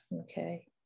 okay